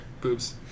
Boobs